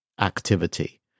activity